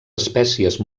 espècies